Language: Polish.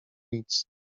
nic